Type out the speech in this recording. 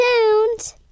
tuned